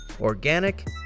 organic